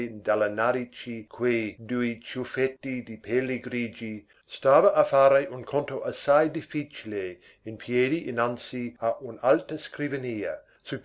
dalle narici quei due ciuffetti di peli grigi stava a fare un conto assai difficile in piedi innanzi a un'alta scrivania